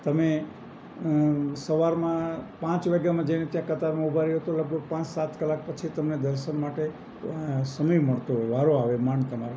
તમે સવારમાં પાંચ વાગ્યામાં જઈને ત્યાં કતારમાં ઉભા રહો તો લગભગ પાંચ સાત કલાક પછી તમને દર્શન માટે સમય મળતો હોય વારો આવે માંડ તમારો